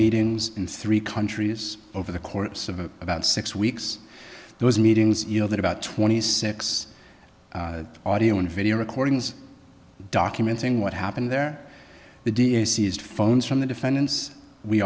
meetings in three countries over the course of about six weeks those meetings you know that about twenty six audio and video recordings documenting what happened there the d a seized phones from the defendants we